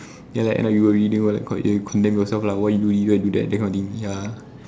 ya like you end up you worry what is it called you condemn yourself lah why you do this why you do that that kind of thing ya